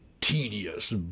tedious